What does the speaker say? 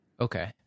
Okay